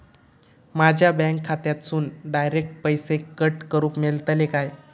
माझ्या बँक खात्यासून डायरेक्ट पैसे कट करूक मेलतले काय?